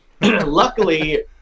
Luckily